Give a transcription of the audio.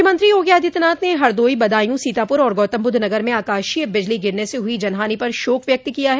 मुख्यमंत्री योगी आदित्यनाथ ने हरदोई बदायूं सीतापुर और गौतमबुद्ध नगर में आकाशीय बिजली गिरने से हुई जनहानि पर शोक व्यक्त किया है